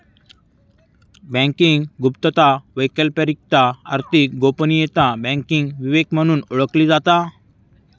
banking गुप्तता, वैकल्पिकरित्या आर्थिक गोपनीयता, बँकिंग विवेक म्हणून ओळखली जाता